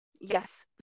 yes